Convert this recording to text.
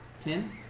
Ten